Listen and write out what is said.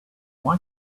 why